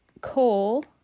coal